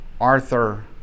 Arthur